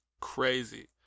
crazy